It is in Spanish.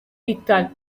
cristal